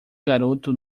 garoto